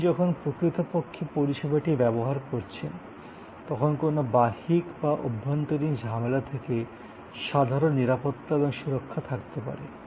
আপনি যখন প্রকৃতপক্ষে পরিষেবাটি ব্যবহার করছেন তখন কোনও বাহ্যিক বা অভ্যন্তরীণ ঝামেলা থেকে সাধারণ নিরাপত্তা এবং সুরক্ষা থাকতে পারে